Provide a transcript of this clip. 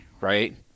right